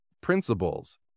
principles